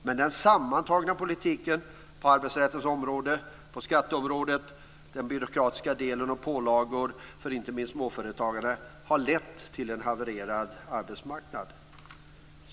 Men den sammantagna politiken på arbetsrättens område, på skatteområdet, den byråkratiska delen och pålagor för inte minst småföretagarna har lett till en havererad arbetsmarknad.